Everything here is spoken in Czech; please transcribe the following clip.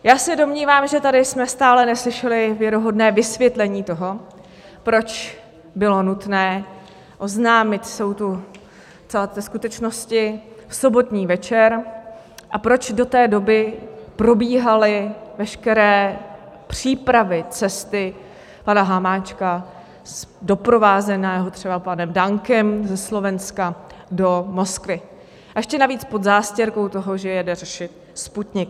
Já se domnívám, že tady jsme stále neslyšeli věrohodné vysvětlení toho, proč bylo nutné oznámit celou tuto skutečnost sobotní večer a proč do té doby probíhaly veškeré přípravy cesty pana Hamáčka, doprovázeného třeba panem Dankem ze Slovenska, do Moskvy, a ještě navíc pod zástěrkou toho, že jede řešit Sputnik.